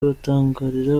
batangarira